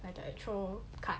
like the actual card